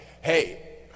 Hey